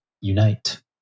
unite